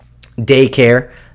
daycare